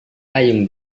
payung